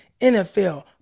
nfl